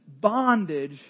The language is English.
bondage